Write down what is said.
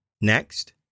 Next